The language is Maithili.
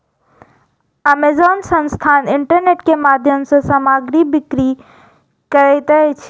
अमेज़न संस्थान इंटरनेट के माध्यम सॅ सामग्री बिक्री करैत अछि